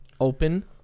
open